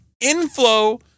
inflow